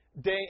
day